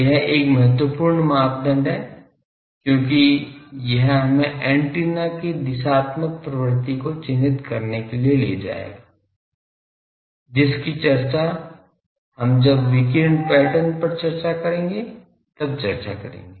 यह एक महत्वपूर्ण मापदंड है क्योंकि यह हमें एंटीना की दिशात्मक प्रकृति को चिह्नित करने के लिए ले जाएगा जिसकी चर्चा हम जब विकिरण पैटर्न पर चर्चा करेंगे तब चर्चा करेंगे